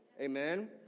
Amen